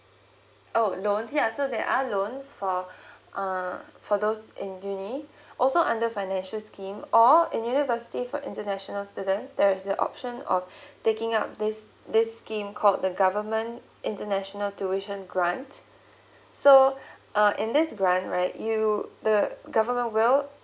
oh loan I see there are loans for uh for those in uni also under financial scheme or a university for international student there is a option of taking up this this scheme called the government international tuition grant so uh in this grant right you the government will